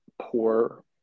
poor